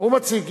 הוא מציג.